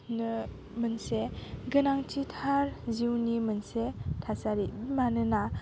मोनसे गोनांथिथार जिउनि मोनसे थासारि मानोना